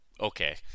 okay